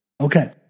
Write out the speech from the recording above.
Okay